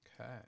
Okay